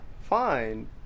fine